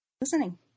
Listening